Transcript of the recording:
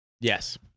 Yes